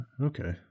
Okay